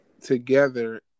together